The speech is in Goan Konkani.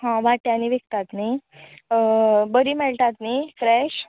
हां वाट्यांनी विकतात न्ही बरीं मेळटात न्ही फ्रॅश